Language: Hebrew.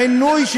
עינוי,